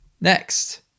Next